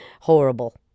Horrible